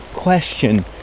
Question